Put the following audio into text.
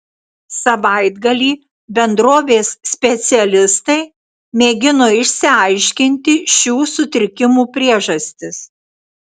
savaitgalį bendrovės specialistai mėgino išsiaiškinti šių sutrikimų priežastis